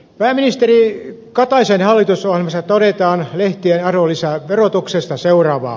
pääministeri kataisen hallitusohjelmassa todetaan lehtien arvonlisäverotuksesta seuraavaa